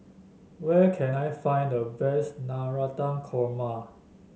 where can I find the best Navratan Korma